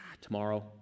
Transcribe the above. tomorrow